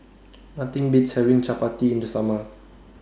Nothing Beats having Chappati in The Summer